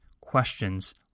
questions